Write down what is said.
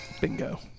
bingo